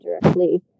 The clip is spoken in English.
directly